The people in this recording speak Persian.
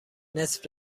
نصف